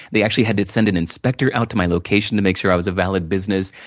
they actually had to send an inspector out to my location, to make sure i was a valid business.